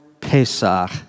Pesach